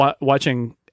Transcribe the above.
watching